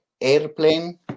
airplane